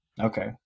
Okay